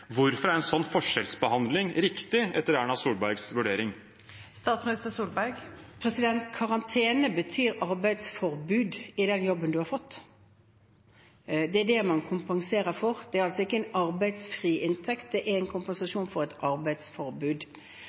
Hvorfor er en sånn forskjellsbehandling riktig, etter Erna Solbergs vurdering? Karantene betyr arbeidsforbud i den jobben du har fått. Det er det man kompenserer for. Det er altså ikke en arbeidsfri inntekt. Det er en kompensasjon for et arbeidsforbud.